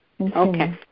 Okay